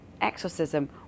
exorcism